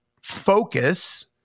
focus